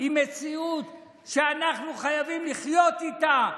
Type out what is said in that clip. היא מציאות שאנחנו חייבים לחיות איתה,